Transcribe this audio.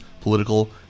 political